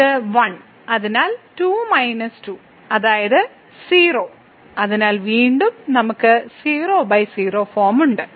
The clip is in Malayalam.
ഇത് 1 അതിനാൽ 2 2 അതായത് 0 അതിനാൽ വീണ്ടും നമുക്ക് 00 ഫോം ഉണ്ട്